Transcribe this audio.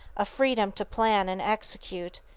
a freedom to plan and execute,